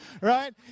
right